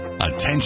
Attention